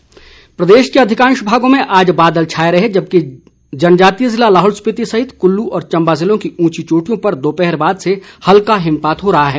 मौसम प्रदेश के अधिकांश भागों में आज बादल छाए रहे जबकि जनजातीय जिला लाहौल स्पिति सहित कुल्लू व चंबा जिलों की उंची चोटियों पर दोपहर बाद से हल्का हिमपात हो रहा है